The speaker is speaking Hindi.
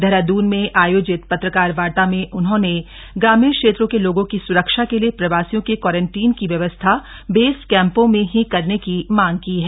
देहरादून में आयोजित पत्रकार वार्ता में उन्होंने ग्रामीण क्षेत्रों के लोगों की स्रक्षा के लिए प्रवासियों के क्वारंटीन की व्यवस्था बेस कैम्पों में ही करने की मांग की है